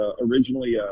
originally